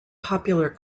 popular